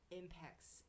impacts